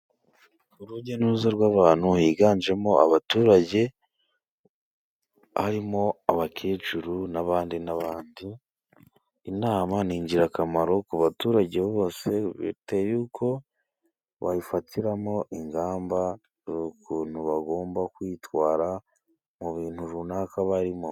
Urujya n'uruza rw'abantu, higanjemo abaturage, harimo abakecuru, n'abandi n'abandi. Inama ni ingirakamaro ku baturage bose, bitewe n'uko bayifatiramo ingamba, n'ukuntu bagomba kwitwara, mu bintu runaka barimo.